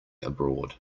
abroad